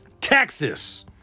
Texas